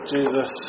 Jesus